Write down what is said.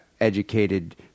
educated